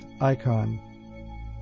icon